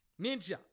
ninja